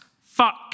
Fuck